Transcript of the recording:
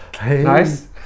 nice